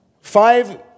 Five